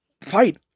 fight